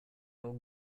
our